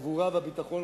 הגבורה והביטחון,